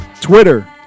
Twitter